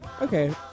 Okay